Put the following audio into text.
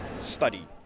study